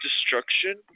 destruction